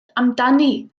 amdani